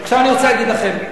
עכשיו אני רוצה להגיד לכם,